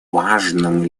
важным